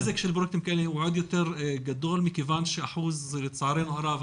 הנזק של --- הוא עוד יותר גדול מכיוון שלצערנו הרב,